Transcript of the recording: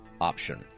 option